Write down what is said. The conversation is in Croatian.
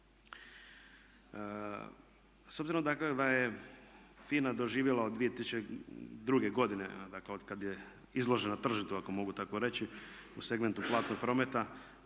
S obzirom dakle da je FINA doživjela od 2002. godine, dakle otkad je izložena tržištu ako mogu tako reći u segmentu platnog prometa